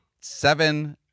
seven